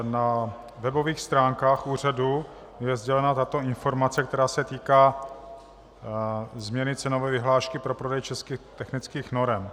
Na webových stránkách úřadu je sdělena tato informace, která se týká změny cenové vyhlášky pro prodej českých technických norem.